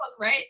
Right